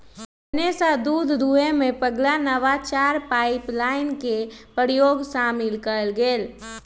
अपने स दूध दूहेमें पगला नवाचार पाइपलाइन के प्रयोग शामिल कएल गेल